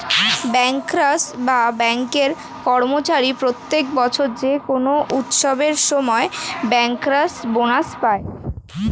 bankers বা ব্যাঙ্কের কর্মচারীরা প্রত্যেক বছর যে কোনো উৎসবের সময় ব্যাংকার্স বোনাস পায়